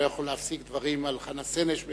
אני לא יכול להפסיק דברים על חנה סנש באמצע.